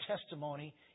testimony